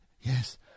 Yes